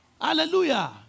Hallelujah